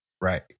Right